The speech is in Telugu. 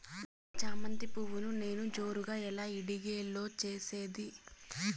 నా చామంతి పువ్వును నేను జోరుగా ఎలా ఇడిగే లో చేసేది?